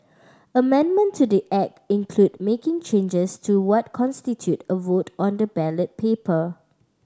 amendment to the Act included making changes to what constituted a vote on the ballot paper